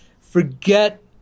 forget